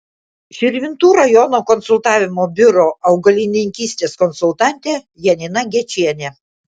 širvintų rajono konsultavimo biuro augalininkystės konsultantė janina gečienė